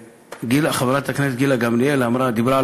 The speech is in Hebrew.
חברת הכנסת גילה גמליאל דיברה על